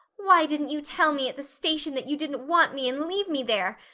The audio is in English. why didn't you tell me at the station that you didn't want me and leave me there?